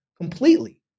completely